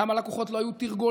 למה לכוחות לא היו תרגולות?